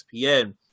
ESPN